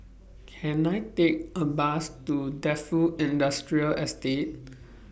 Can I Take A Bus to Defu Industrial Estate